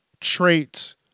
traits